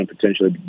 potentially